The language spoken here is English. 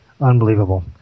Unbelievable